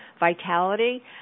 Vitality